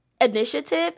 initiative